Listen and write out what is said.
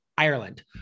Ireland